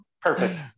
Perfect